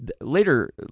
Later